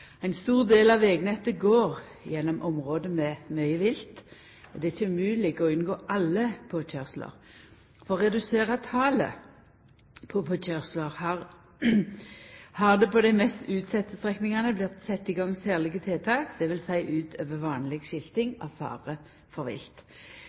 vegnettet går gjennom område med mykje vilt, og det er ikkje mogleg å unngå alle påkøyrsler. For å redusera talet på påkøyrsler har det på dei mest utsette strekningane vorte sett i gang særlege tiltak, dvs. utover vanleg